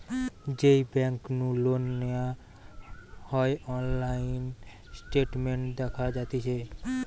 যেই বেংক নু লোন নেওয়া হয়অনলাইন স্টেটমেন্ট দেখা যাতিছে